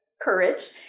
courage